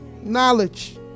knowledge